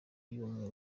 y’ubumwe